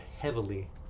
heavily